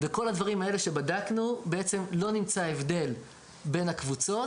בכל הדברים האלה שבדקנו בעצם לא נמצא הבדל בין הקבוצות,